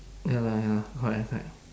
ya lah ya correct correct